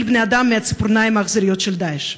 בני אדם מהציפורניים האכזריות של "דאעש".